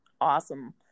awesome